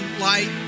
light